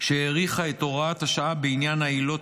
שהאריכה את הוראת השעה בעניין העילות